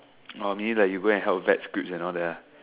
or maybe like you go help vet scripts and all that lah